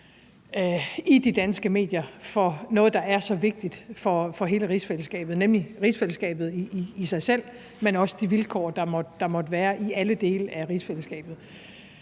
i de danske medier for noget, der er så vigtigt for hele rigsfællesskabet, nemlig rigsfællesskabet i sig selv, men også de vilkår, der måtte være i alle dele af rigsfællesskabet.